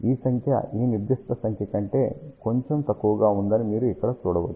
ఈ సంఖ్య ఈ నిర్దిష్ట సంఖ్య కంటే కొంచెం తక్కువగా ఉందని మీరు ఇక్కడ చూడవచ్చు